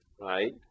right